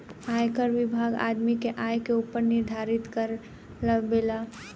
आयकर विभाग आदमी के आय के ऊपर निर्धारित कर लेबेला